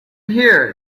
here